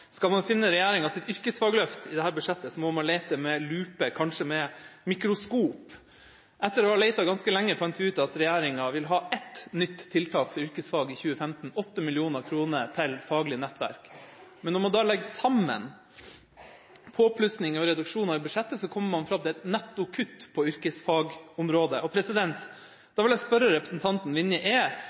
Skal man finne regjeringas yrkesfagløft i dette budsjettet, må man lete med lupe – kanskje med mikroskop. Etter å ha lett ganske lenge, fant vi ut at regjeringa vil ha ett nytt tiltak for yrkesfag i 2015: 8 mill. kr til faglig nettverk. Men når man legger sammen påplussinger og reduksjoner i budsjettet, kommer man fram til et netto kutt på yrkesfagområdet. Da vil jeg spørre representanten